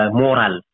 moral